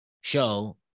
show